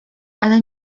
ale